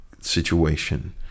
situation